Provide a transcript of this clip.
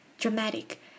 dramatic